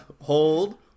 hold